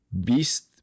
beast